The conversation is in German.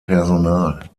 personal